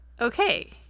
okay